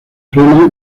frena